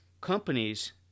companies